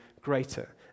greater